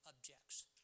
objects